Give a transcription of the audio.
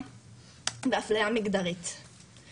אנחנו